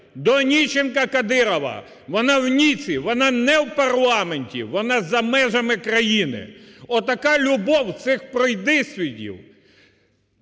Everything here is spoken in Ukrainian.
до Онищенка (Кадирова), вона в Ніці вона не в парламенті, вона за межами країни. Отака любов цих пройдисвітів,